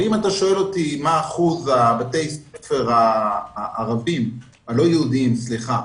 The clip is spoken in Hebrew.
אם אתה שואל אותי מה אחוז בתי הספר הערבים, סליחה